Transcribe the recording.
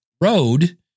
road